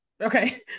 Okay